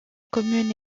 commune